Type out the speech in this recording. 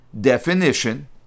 definition